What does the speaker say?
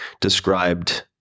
described